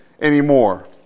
anymore